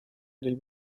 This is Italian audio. degli